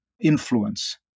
influence